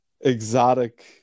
exotic